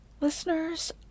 Listeners